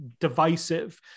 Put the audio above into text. divisive